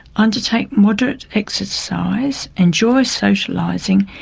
undertake moderate exercise, enjoy socialising,